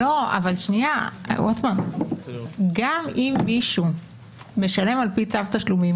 אבל רוטמן, גם אם מישהו משלם על פי צו תשלומים